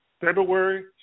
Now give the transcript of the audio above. February